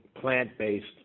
plant-based